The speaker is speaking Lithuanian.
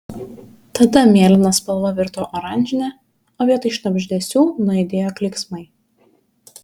tada mėlyna spalva virto oranžine o vietoj šnabždesių nuaidėjo klyksmai